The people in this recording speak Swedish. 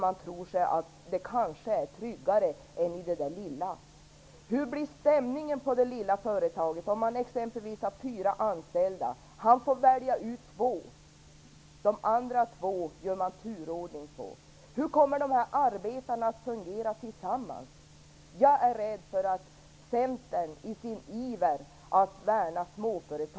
Man tror att man är tryggare i det stora företaget än i det lilla. Hur blir stämningen på ett företag med exempelvis fyra anställda om ledningen får välja ut två? De andra två tillämpar man turordningsreglerna på. Hur kommer dessa arbetare att fungera tillsammans? Dessa idéer hörde vi redan i valrörelsen 1991.